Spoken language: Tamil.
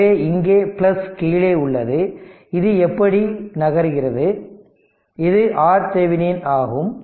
எனவே இங்கே கீழே உள்ளது இது இப்படி நகர்கிறது இது R Thevenin ஆகும்